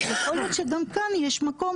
אז יכול להיות שגם כאן יש מקום,